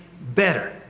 better